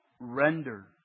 Render